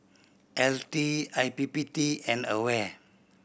L T I P P T and AWARE